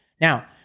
Now